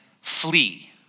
flee